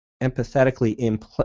empathetically